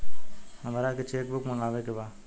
हमारा के cheque book मगावे के बा?